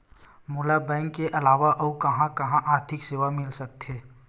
मोला बैंक के अलावा आऊ कहां कहा आर्थिक सेवा मिल सकथे?